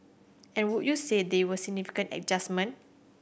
and would you say they were significant adjustment